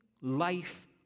life